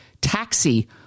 taxi